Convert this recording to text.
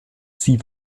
sie